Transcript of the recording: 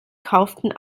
kauften